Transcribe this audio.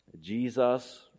Jesus